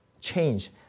change